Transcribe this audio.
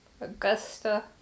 Augusta